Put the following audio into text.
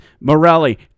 Morelli